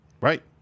Right